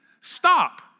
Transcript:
stop